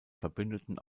verbündeten